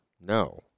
No